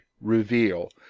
reveal